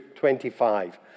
25